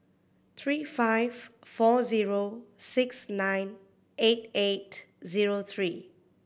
three five four zero six nine eight eight zero three